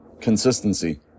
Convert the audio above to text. consistency